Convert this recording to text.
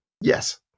Yes